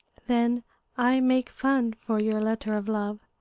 then i make fun for your letter of love.